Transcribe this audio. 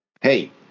hey